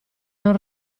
non